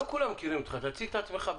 לא כולם מכירים אותך, תציג את עצמך.